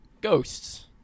Ghosts